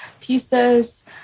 pieces